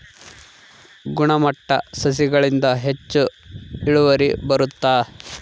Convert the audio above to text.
ಗುಣಮಟ್ಟ ಸಸಿಗಳಿಂದ ಹೆಚ್ಚು ಇಳುವರಿ ಬರುತ್ತಾ?